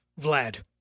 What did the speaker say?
Vlad